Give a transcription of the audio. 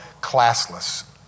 classless